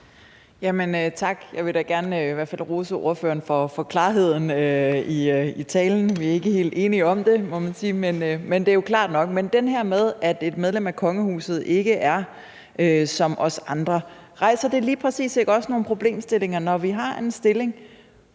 da i hvert fald gerne rose ordføreren for klarheden i talen. Vi er ikke helt enige om det, må man sige, men det er jo klart nok. Men det her med, at et medlem af kongehuset ikke er som os andre, rejser det ikke også lige præcis nogle problemstillinger, når vi her har en stilling,